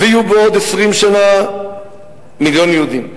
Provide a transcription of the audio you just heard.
ויהיו בעוד 20 שנה מיליון יהודים,